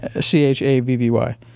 C-H-A-V-V-Y